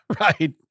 right